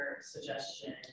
suggestion